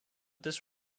this